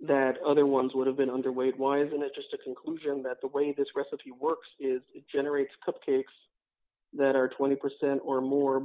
that other ones would have been underway why isn't it just a conclusion that the way this recipe works is generates cupcakes that are twenty percent or more